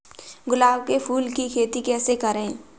गुलाब के फूल की खेती कैसे करें?